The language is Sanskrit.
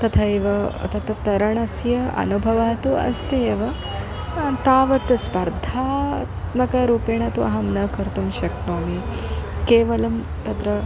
तथैव तत्तत् तरणस्य अनुभवः तु अस्ति एव तावत् स्पर्धात्मकरूपेण तु अहं न कर्तुं शक्नोमि केवलं तत्र